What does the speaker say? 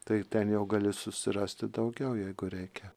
tai ten jau gali susirasti daugiau jeigu reikia